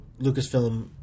Lucasfilm